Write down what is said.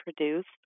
introduced